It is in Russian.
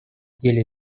деле